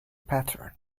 pattern